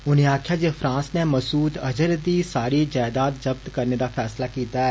उनें आक्खेआ जे फ्रांस नै मसूद अज़हर दी सारी जैदाद जब्त करने दा फैसला किता ऐ